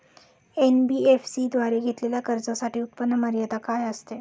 NBFC द्वारे घेतलेल्या कर्जासाठी उत्पन्न मर्यादा काय असते?